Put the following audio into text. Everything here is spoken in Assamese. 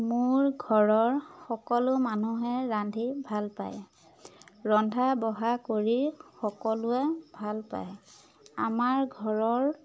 মোৰ ঘৰৰ সকলো মানুহে ৰান্ধি ভাল পায় ৰন্ধা বঢ়া কৰি সকলোৱে ভাল পায় আমাৰ ঘৰৰ